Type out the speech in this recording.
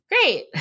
Great